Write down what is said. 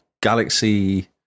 Galaxy